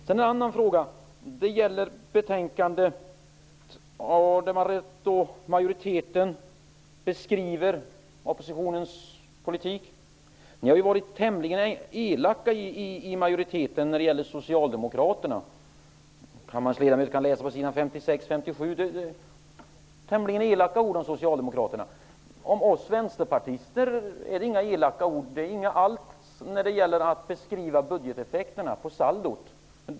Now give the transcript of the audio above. Den andra frågan gäller finansutskottets betänkande, där majoriteten beskriver oppositionens politik. Ni i majoriteten har varit elaka mot Socialdemokraterna. Kammarens ledamöter kan själva läsa på s. 56 och 57, där det sägs tämligen elaka ord om Socialdemokraterna. Men om oss vänsterpartister sägs det inga elaka ord när det gäller beskrivningen av budgeteffekterna på saldot.